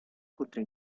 contra